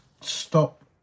stop